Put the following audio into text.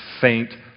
faint